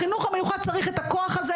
החינוך המיוחד צריך את הכוח הזה.